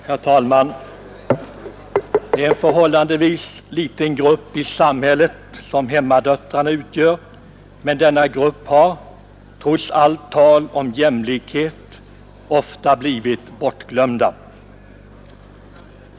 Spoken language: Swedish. Herr talman! Det är en förhållandevis liten grupp i samhället som hemmadöttrarna utgör, men denna grupp har — trots allt tal om jämlikhet — ofta blivit bortglömd.